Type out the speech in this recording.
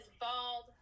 bald